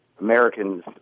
Americans